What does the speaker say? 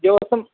یہِ اوسُم